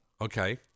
okay